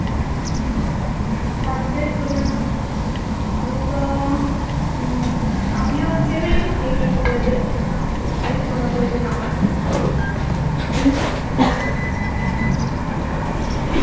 সাবজেটগুলোয় আমি তো আমিও ভেবে রেখেছি দুটো কলেজের দেখি কোনটা কলেজে নাম আসে কি